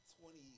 twenty